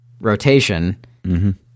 rotation